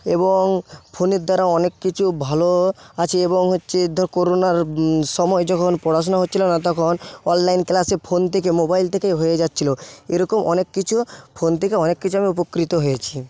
এবং ফোনের দ্বারা অনেক কিছু ভালো আছে এবং হচ্ছে করোনার সময় যখন পড়াশোনা হচ্ছিল না তখন অনলাইন ক্লাসে ফোন থেকে মোবাইল থেকে হয়ে যাচ্ছিল এরকম অনেক কিছু ফোন থেকে অনেক কিছুভাবে উপকৃত হয়েছি